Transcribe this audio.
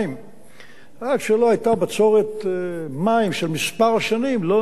עד שלא היתה בצורת של כמה שנים לא נכנס כל